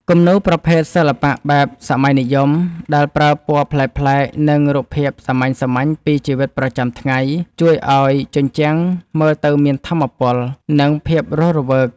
គំនូរប្រភេទ សិល្បៈបែបសម័យនិយម ដែលប្រើពណ៌ប្លែកៗ និងរូបភាពសាមញ្ញៗពីជីវិតប្រចាំថ្ងៃ ជួយឱ្យជញ្ជាំងមើលទៅមានថាមពល និងភាពរស់រវើក។